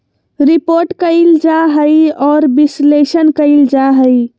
report कइल जा हइ और विश्लेषण कइल जा हइ